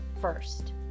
first